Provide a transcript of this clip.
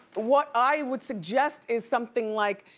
what i would suggest is something like,